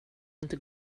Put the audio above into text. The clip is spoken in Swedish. inte